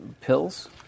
pills